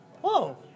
Whoa